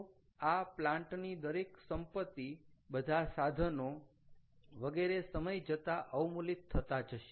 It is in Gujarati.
તો આ પ્લાન્ટ ની દરેક સંપત્તિ બધા સાધનો વગેરે સમય જતા અવમૂલીત થતા જશે